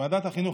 ועדת החינוך,